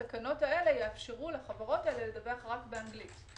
התקנות האלה יאפשרו לחברות האלה לדווח רק באנגלית,